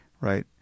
right